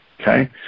Okay